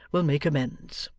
will make amends